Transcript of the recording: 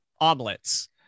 omelets